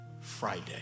Friday